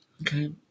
Okay